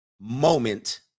moment